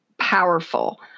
powerful